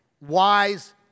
wise